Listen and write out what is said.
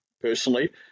personally